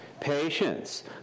patience